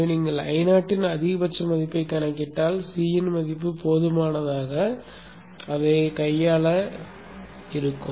எனவே நீங்கள் Io இன் அதிகபட்ச மதிப்பைக் கணக்கிட்டால் C இன் மதிப்பு போதுமானதாக அதைக் கையாள இருக்கும்